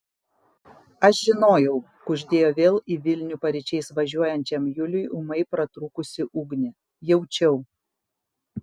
aš žinojau kuždėjo vėl į vilnių paryčiais važiuojančiam juliui ūmai pratrūkusi ugnė jaučiau